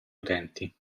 utenti